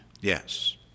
Yes